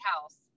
house